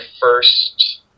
first